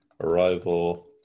Arrival